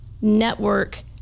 network